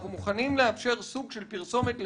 אנחנו מוכנים לאפשר סוג של פרסומת לעישון,